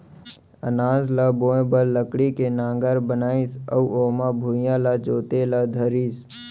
अनाज ल बोए बर लकड़ी के नांगर बनाइस अउ ओमा भुइयॉं ल जोते ल धरिस